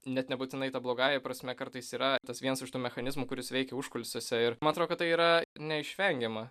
net nebūtinai ta blogąja prasme kartais yra tas vienas iš tų mechanizmų kuris veikia užkulisiuose ir man atrodo tai yra neišvengiama